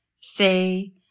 say